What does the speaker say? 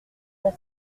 cent